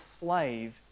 slave